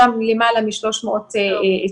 יש שם למעלה מ-300 עיתונאים,